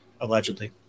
Allegedly